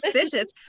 suspicious